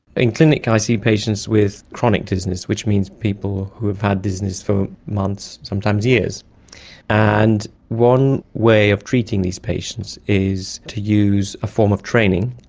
in clinic i see patients with chronic dizziness, which means people who have had dizziness for months, sometimes years and one way of treating these patients is to use a form of training,